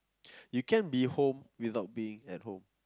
you can be home without being at home